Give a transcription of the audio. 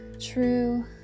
true